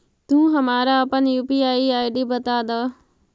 तू हमारा अपन यू.पी.आई आई.डी बता दअ